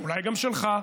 אולי גם שלך,